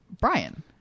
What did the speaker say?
Brian